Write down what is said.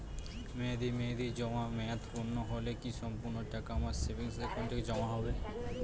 মেয়াদী মেহেদির জমা মেয়াদ পূর্ণ হলে কি সম্পূর্ণ টাকা আমার সেভিংস একাউন্টে কি জমা হবে?